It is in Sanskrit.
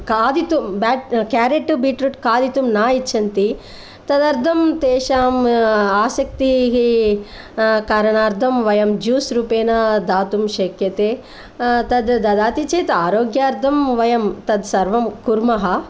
खादितुं केरेट् बीट्रूट् खादितुं न इच्छन्ति तदर्थं तेषाम् आसक्तिः कारणार्थं वयं जूस् रूपेण दातुं शक्यते तत् ददाति चेत् आरोग्यार्थं वयं तत् सर्वं कुर्मः